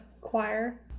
choir